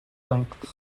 length